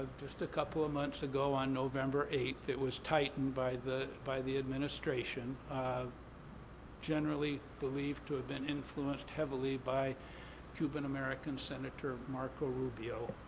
just a couple of months ago on november eighth, that was tightened by the by the administration, generally believed to have been influenced heavily by cuban american senator marco rubio.